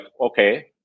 okay